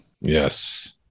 Yes